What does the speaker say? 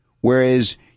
whereas